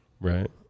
Right